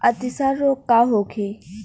अतिसार रोग का होखे?